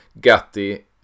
Gatti